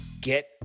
get